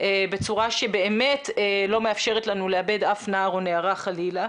בצורה שבאמת לא מאפשרת לנו לאבד אף נער או נערה חלילה.